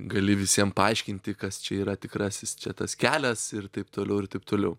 gali visiem paaiškinti kas čia yra tikrasis čia tas kelias ir taip toliau ir taip toliau